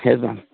yes ma'am